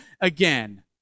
again